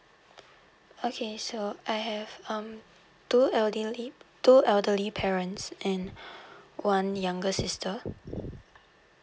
okay sure I have um two elderly two elderly parents and one younger sister